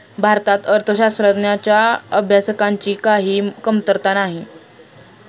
भारतात अर्थशास्त्राच्या अभ्यासकांची काही कमतरता नाही